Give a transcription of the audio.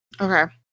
Okay